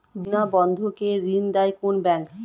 বিনা বন্ধক কে ঋণ দেয় কোন ব্যাংক?